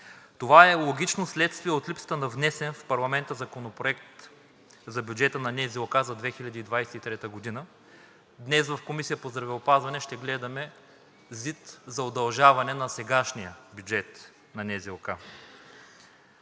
Това е логично следствие от липсата на внесен в парламента законопроект за бюджета на НЗОК за 2023 г. Днес в Комисията по здравеопазване ще гледаме ЗИД за удължаване на сегашния бюджет на НЗОК.